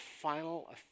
final